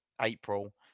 April